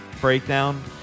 breakdown